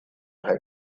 how